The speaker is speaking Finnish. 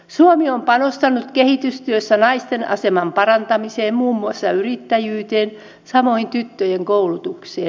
suomi on panostanut kehitystyössä naisten aseman parantamiseen muun muassa yrittäjyyteen samoin tyttöjen koulutukseen